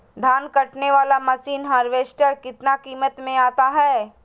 धान कटने बाला मसीन हार्बेस्टार कितना किमत में आता है?